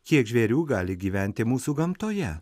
kiek žvėrių taip gyventi mūsų gamtoje